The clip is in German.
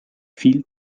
viel